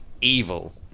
evil